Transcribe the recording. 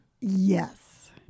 Yes